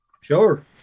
sure